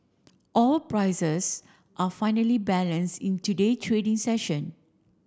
prices are finally balance in today trading session